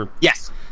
Yes